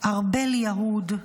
ארבל יהוד.